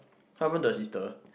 how about the sister